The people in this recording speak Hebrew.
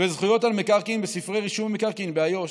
וזכויות על מקרקעין בספרי רישום המקרקעין באיו"ש.